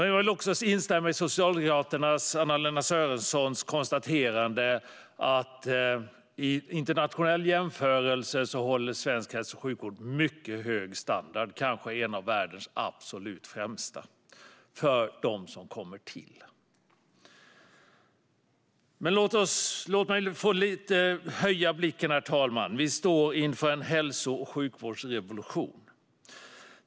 Jag vill också instämma i Socialdemokraternas Anna-Lena Sörensons konstaterande att svensk hälso och sjukvård vid en internationell jämförelse håller mycket hög standard och kanske tillhör världens absolut främsta, för dem som kommer till. Men låt mig höja blicken lite, herr talman. Vi står inför en hälso och sjukvårdsrevolution.